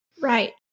Right